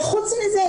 וחוץ מזה,